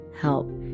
help